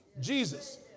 Jesus